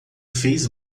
fez